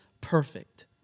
perfect